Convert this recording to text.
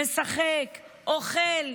משחק, אוכל.